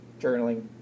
journaling